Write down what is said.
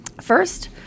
first